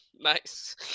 Nice